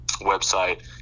website